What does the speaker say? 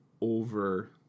over